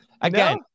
again